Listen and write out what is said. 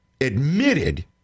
admitted